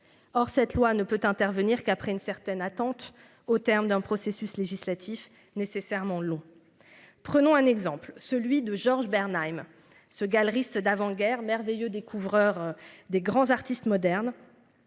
Or, cette loi ne peut intervenir qu'après une certaine attente au terme d'un processus législatif nécessairement long. Prenons un exemple, celui de Georges Bernheim ce galeriste d'avant-guerre merveilleux découvreurs des grands artistes modernes.